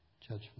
judgment